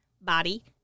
body